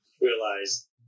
realize